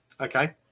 Okay